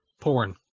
porn